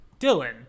Dylan